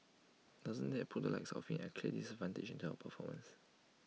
doesn't IT put the likes of him at A clear disadvantage in term of performance